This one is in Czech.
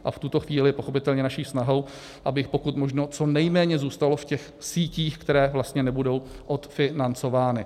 A v tuto chvíli je pochopitelně naší snahou, aby pokud možno co nejméně zůstalo v těch sítích, které nebudou odfinancovány.